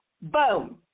boom